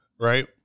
Right